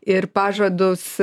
ir pažadus